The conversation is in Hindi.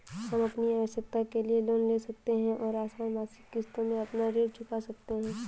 हम अपनी आवश्कता के लिए लोन ले सकते है और आसन मासिक किश्तों में अपना ऋण चुका सकते है